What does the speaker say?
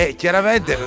chiaramente